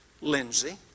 Lindsay